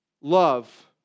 love